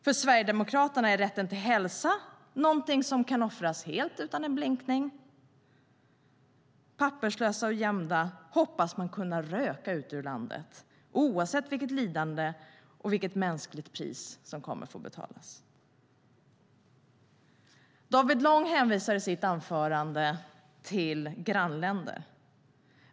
För Sverigedemokraterna är rätten till hälsa någonting som kan offras helt utan en blinkning. Papperslösa och gömda hoppas man kunna röka ut ur landet, oavsett vilket lidande och vilket mänskligt pris som kommer att få betalas. David Lång hänvisar i sitt anförande till grannländer.